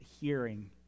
hearing